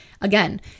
again